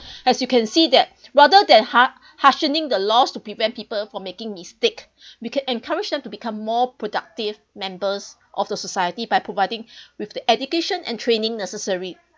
as you can see that rather than ha~ harshening the laws to prevent people from making mistake we can encourage them to become more productive members of the society by providing with the education and training necessary